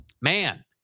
man